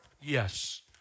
Yes